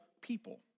people